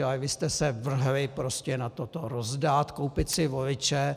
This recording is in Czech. Ale vy jste se vrhli na to to rozdat, koupit si voliče.